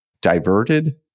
diverted